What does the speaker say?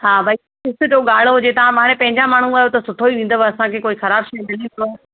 हा भई ॾिसजो ॻाढ़ो हुजे ता हाणे पंहिंजा माण्हू आहियो त सुठो ई ॾींदव असांखे कोई ख़राब शइ त न ॾींदो